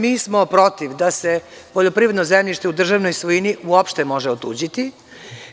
Mi smo protiv da se poljoprivredno zemljište u državnoj svojini uopšte može otuđiti,